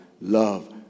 love